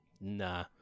Nah